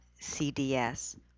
CDS